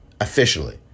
officially